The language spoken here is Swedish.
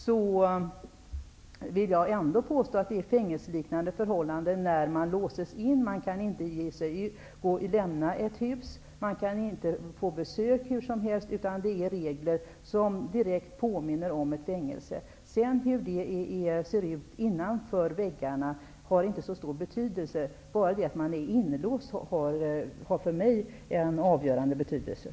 Jag vill ändå påstå att förvarstagande liknar fängelseförhållanden. Man låses in, kan inte lämna huset och kan inte ta emot besök hur som helst. Reglerna påminner direkt om fängelseregler. Hur det ser ut innanför väggarna har inte så stor betydelse. Det avgörande är att man är inlåst.